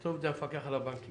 הכתובת זה המפקח על הבנקים.